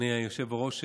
אדוני היושב בראש,